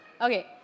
Okay